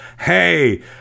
hey